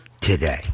today